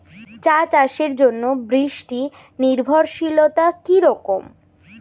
চা চাষের জন্য বৃষ্টি নির্ভরশীলতা কী রকম?